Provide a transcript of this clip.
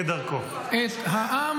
בפוליטיקאים וחברי כנסת ושרים שמכבדים את העם